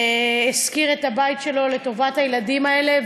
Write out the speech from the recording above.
שהשכיר את הבית שלו לטובת הילדים האלה,